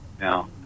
Now